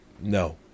No